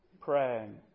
praying